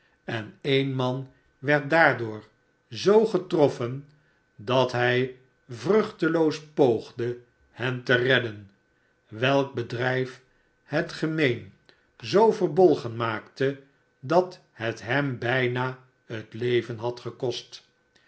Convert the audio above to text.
en e'en man werd daardoor zoo getroflen dat hij vruchteloos poogde hen te redden welk bedrijf het gemeen zoo verbolgen maakte dat het hem bijna het leven had gekost